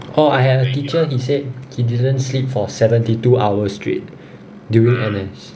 orh I have a teacher he said he doesn't sleep for seventy two hours straight during N_S